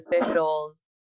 officials